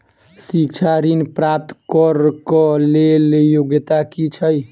शिक्षा ऋण प्राप्त करऽ कऽ लेल योग्यता की छई?